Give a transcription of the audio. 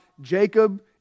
Jacob